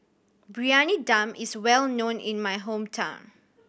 Briyani Dum is well known in my hometown